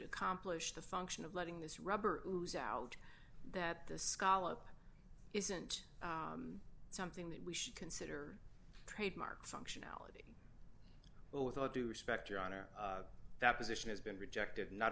accomplish the function of letting this robber who's out that the scalloped isn't something that we should consider trademark functionality but with all due respect your honor that position has been rejected